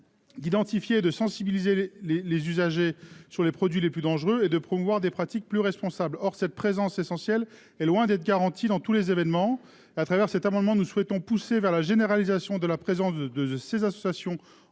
d'identifier, de sensibiliser les, les, les usagers sur les produits les plus dangereux et de promouvoir des pratiques plus responsables, or cette présence essentielle est loin d'être garanties dans tous les événements à travers cet amendement, nous souhaitons pousser vers la généralisation de la présence de de ces associations en